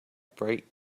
bright